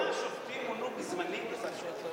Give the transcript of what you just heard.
כמה שופטים מונו בזמני כשר.